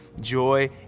joy